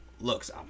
looks